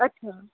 अच्छा